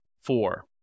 four